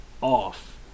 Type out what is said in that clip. off